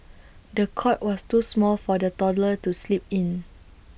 the cot was too small for the toddler to sleep in